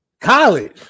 college